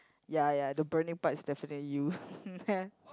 ya ya the burning part is definitely you